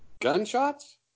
Gunshots